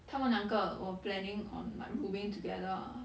她们两个 were planning on like moving in together ah